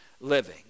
living